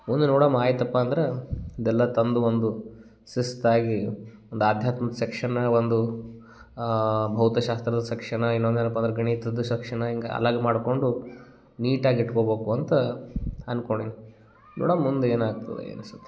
ಮುಂದೆ ನೋಡೋಣ್ ಆಯಿತಪ್ಪ ಅಂದ್ರೆ ಇದೆಲ್ಲ ತಂದು ಒಂದು ಶಿಸ್ತಾಗಿ ಒಂದು ಅಧ್ಯಾತ್ಮದ ಸೆಕ್ಷನ್ನೇ ಒಂದು ಭೌತಶಾಸ್ತ್ರದ ಸೆಕ್ಷನ ಇನ್ನೊಂದೇನಪ್ಪ ಅಂದ್ರೆ ಗಣಿತದ ಸೆಕ್ಷನ್ ಹಿಂಗೆ ಅಲಗ್ ಮಾಡಿಕೊಂಡು ನೀಟಾಗಿ ಇಟ್ಕೊಬೇಕು ಅಂತ ಅಂದ್ಕೊಂಡೀನಿ ನೋಡಣ್ ಮುಂದೆ ಏನಾಗ್ತದೆ ಏನು